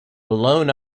blown